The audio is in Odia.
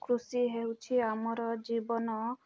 କୃଷି ହେଉଛି ଆମର ଜୀବନ